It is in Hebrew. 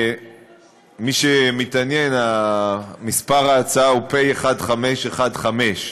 מי שמתעניין, מספר ההצעה הוא פ/1515,